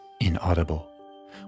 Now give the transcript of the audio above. inaudible